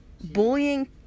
bullying